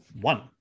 One